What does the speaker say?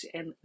en